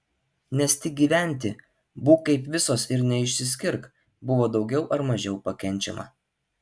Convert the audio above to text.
nes tik gyventi būk kaip visos ir neišsiskirk buvo daugiau ar mažiau pakenčiama